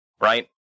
right